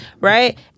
right